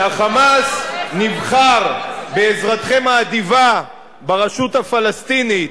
כשה"חמאס" נבחר בעזרתכם האדיבה ברשות הפלסטינית,